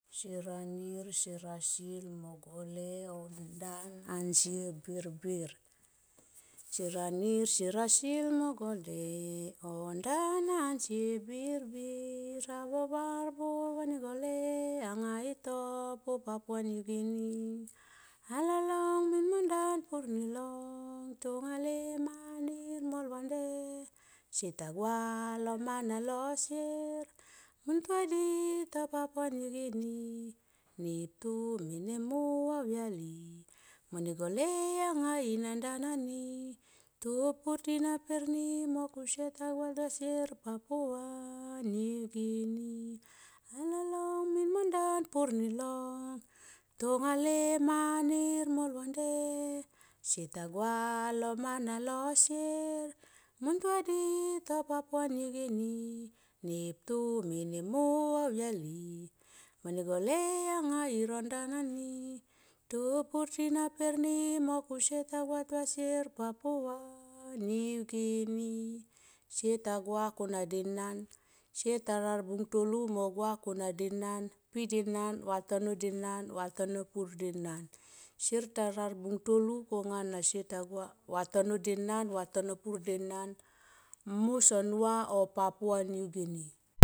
Sier a nir sier a sil mogole ondan ansier birbir. Sier a nir sier a sil mogole ondan ansier birbir avavar mo vane gole anga ito po papua new guinea. A lolong min vandan pur mi long tonga le manir mol va nde sieta gua lo mana lol sier mun tua di to papua new guinea. Neptu mene mu au yali mone gole anga na ndan ani tu purtina perni mo kusieta gua tua sier papua new guinea alolong min var ndan pur mi long tonga le manir molvande sieta gua lo mana lol sier mun tua di to papua new guinea. Neptu mene mu au yali mone gole anga i non ndan ani tu purtina perni mo kusieta gua tua sier papua new guinea. Sieta gua kona denan, sier nan bung to lua mo gua kona denan, pi denan, vatono denan. vatono pur denan. Siet ta nar bung tolu konga na sieta gua vatono denan vatono pur denan mu son nuva oh papua new guinea.